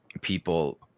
people